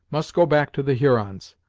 must go back to the hurons,